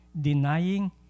denying